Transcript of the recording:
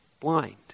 blind